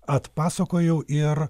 atpasakojau ir